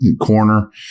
corner